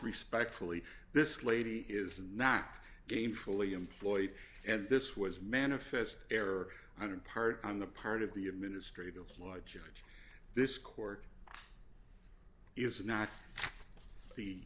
respectfully this lady is not gainfully employed and this was manifest error on in part on the part of the administrative law judge this court is not the